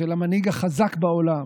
של המנהיג החזק בעולם,